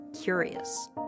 curious